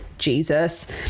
Jesus